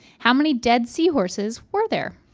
how many dead seahorses were there?